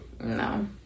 No